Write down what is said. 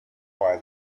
why